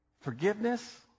forgiveness